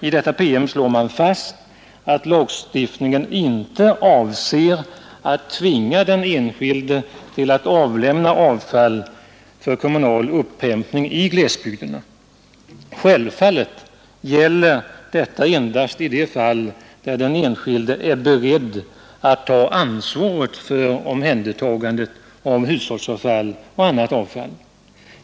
I denna PM slås fast att lagstiftningen inte avser att tvinga den enskilde till att avlämna avfall för kommunal avhämtning i glesbygderna. Självfallet gäller detta endast i de fall där den enskilde är beredd att ta ansvaret för omhändertagandet av hushållsavfall och annat avfall.